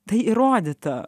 tai įrodyta